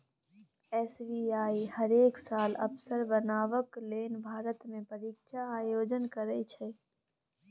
SBI हरेक साल अफसर बनबाक लेल भारतमे परीक्षाक आयोजन करैत छै